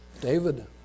David